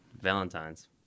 Valentine's